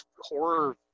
horror